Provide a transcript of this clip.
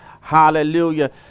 Hallelujah